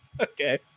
Okay